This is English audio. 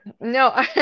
No